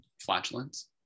flatulence